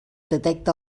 detecte